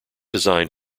designed